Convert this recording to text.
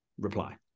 reply